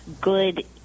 good